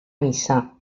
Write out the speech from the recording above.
missa